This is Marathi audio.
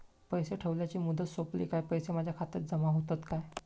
पैसे ठेवल्याची मुदत सोपली काय पैसे माझ्या खात्यात जमा होतात काय?